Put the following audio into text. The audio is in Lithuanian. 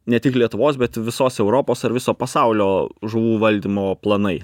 ne tik lietuvos bet visos europos ar viso pasaulio žuvų valdymo planai